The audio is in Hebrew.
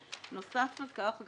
נוסף על כך גם איסור.